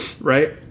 right